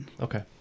Okay